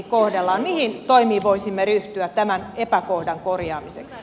mihin toimiin voisimme ryhtyä tämän epäkohdan korjaamiseksi